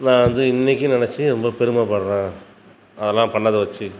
நான் வந்து இன்னிக்கும் நினைச்சி ரொம்ப பெருமப்படுகிறேன் அதெல்லாம் பண்ணதை வச்சு